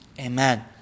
Amen